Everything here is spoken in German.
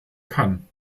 kann